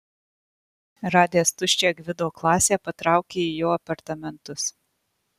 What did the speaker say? radęs tuščią gvido klasę patraukė į jo apartamentus